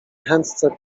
chętce